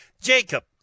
Jacob